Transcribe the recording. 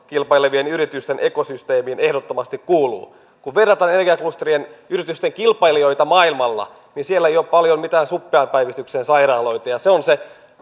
kilpailevien yritysten ekosysteemiin ehdottomasti kuuluu kun verrataan energiaklusterimme yritysten kilpailijoita maailmalla niin siellä ei ole paljon mitään suppean päivystyksen sairaaloita ja se on se